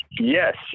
Yes